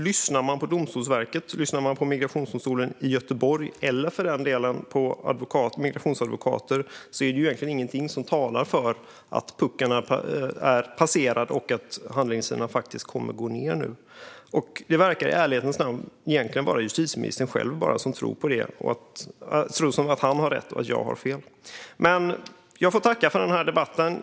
Lyssnar man dock på Domstolsverket och Migrationsdomstolen i Göteborg eller på migrationsadvokater finns det ingenting som talar för att man har passerat puckeln och att handläggningstiderna nu kommer att gå ned. I ärlighetens namn verkar det bara vara justitieministern själv som tror på att han har rätt och jag har fel. Jag tackar för debatten.